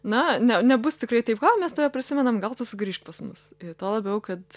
na ne nebus tikrai taip o mes tave prisimenam gal tu sugrįžk pas mus tuo labiau kad